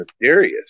mysterious